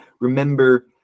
remember